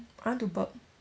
I want to burp